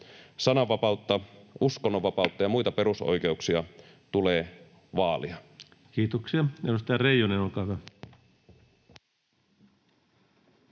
Sananvapautta, uskonnonvapautta ja muita perusoikeuksia tulee vaalia. Kiitoksia. — Edustaja Reijonen, olkaa hyvä.